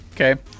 Okay